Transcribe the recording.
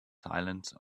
silence